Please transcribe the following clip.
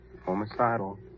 Homicidal